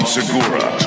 Segura